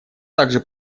также